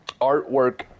artwork